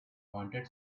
pointed